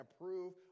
approve